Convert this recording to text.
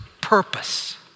purpose